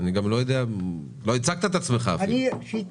באמת השתדלנו לייצר מערכת פטורים שתהיה